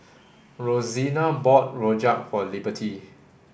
Rosina bought Rojak for Liberty